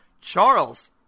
Charles